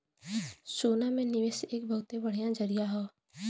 सोना में निवेस एक बहुते बढ़िया जरीया हौ